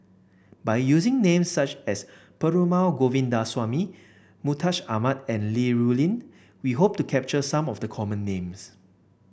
by using names such as Perumal Govindaswamy Mustaq Ahmad and Li Rulin we hope to capture some of the common names